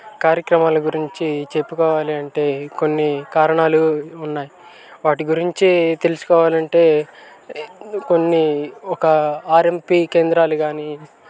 కార్యక్రమాలు గురించి చెప్పుకోవాలి అంటే కొన్ని కారణాలు ఉన్నాయి వాటి గురించి తెలుసుకోవాలి అంటే కొన్ని ఒక ఆర్ఎంపీ కేంద్రాలు కానీ